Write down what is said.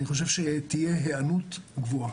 תהיה היענות גבוהה.